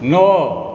नओ